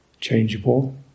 changeable